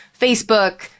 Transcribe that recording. Facebook